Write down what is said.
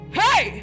hey